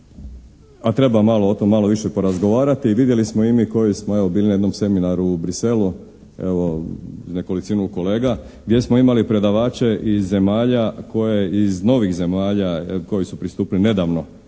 a treba o tome malo više porazgovarati i vidjeli smo i mi koji smo evo bili na jednom seminaru u Bruxellesu, evo uz nekolicinu kolega, gdje smo imali predavače iz zemalja koje iz novih zemalja koje su pristupile nedavno